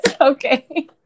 Okay